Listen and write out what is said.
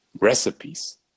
recipes